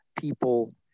people